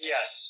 Yes